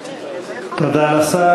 תודה לשר.